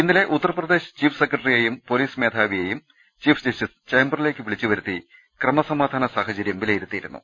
ഇന്നലെ Uttar Pradesh chief സെക്രട്ടറിയെയും police മേധാവിയെയും chief justice ചേംബറിലേക്ക് വിളിച്ചുവരുത്തി ക്രമസമാധാന സാഹചരൃം വിലയിരുത്തിയിരുന്നു